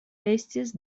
estis